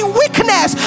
weakness